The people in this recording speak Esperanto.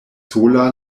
sola